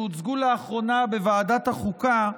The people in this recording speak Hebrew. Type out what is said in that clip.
שהוצגו לאחרונה בוועדת החוקה,